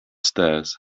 stairs